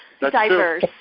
diverse